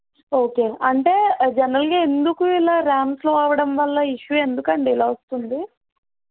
okay అంటే జనరల్గా ఎందుకు ఇలా ర్యామ్ స్లో అవ్వడం వల్ల ఇష్యూ ఎందుకండి ఇలా వస్తుంది